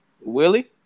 Willie